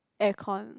air con